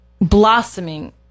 blossoming